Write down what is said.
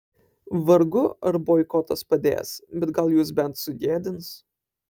vargu ar boikotas padės bet gal juos bent sugėdins